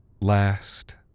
last